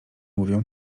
mówią